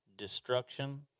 destruction